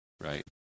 right